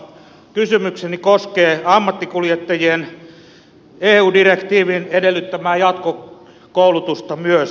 kysymykseni koskee ammattikuljettajien eu direktiivin edellyttämää jatkokoulusta myös